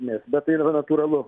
nes bet tai yra natūralu